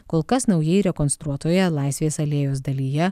kol kas naujai rekonstruotoje laisvės alėjos dalyje